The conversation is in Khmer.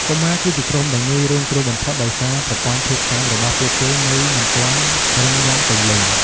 កុមារគឺជាក្រុមដែលងាយរងគ្រោះបំផុត ដោយសារប្រព័ន្ធភាពស៊ាំរបស់ពួកគេនៅមិនទាន់រឹងមាំពេញលេញ។